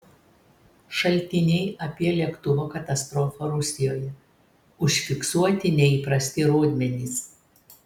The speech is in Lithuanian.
šaltiniai apie lėktuvo katastrofą rusijoje užfiksuoti neįprasti rodmenys